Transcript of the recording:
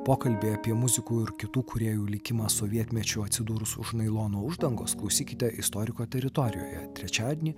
pokalbį apie muzikų ir kitų kūrėjų likimą sovietmečiu atsidūrus už nailono uždangos klausykite istoriko teritorijoje trečiadienį